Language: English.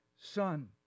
Son